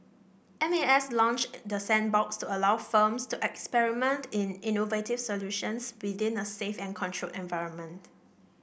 M A S launched the sandbox to allow firms to experiment in innovative solutions within a safe and controlled environment